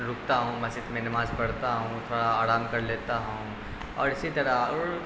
رکتا ہوں مسجد میں نماز پڑھتا ہوں تھوڑا آرام کر لیتا ہوں اور اسی طرح اور